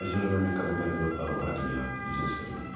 इसलै में निक्का मुट्टा इक हट्टिया दा इक बिजनेस करना